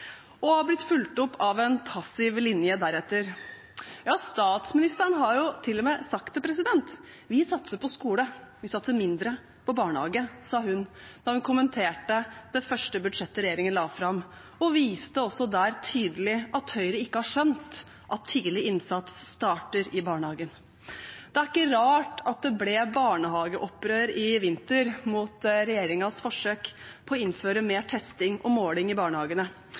og har deretter blitt fulgt opp av en passiv linje. Statsministeren har jo til og med sagt det: Vi satser på skole, vi satser mindre på barnehage, sa hun da hun kommenterte det første budsjettet regjeringen la fram, og viste også der tydelig at Høyre ikke har skjønt at tidlig innsats starter i barnehagen. Det er ikke rart at det ble barnehageopprør i vinter mot regjeringens forsøk på å innføre mer testing og måling i barnehagene,